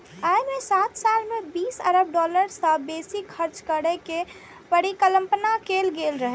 अय मे सात साल मे बीस अरब डॉलर सं बेसी खर्च करै के परिकल्पना कैल गेल रहै